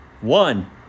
one